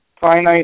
finite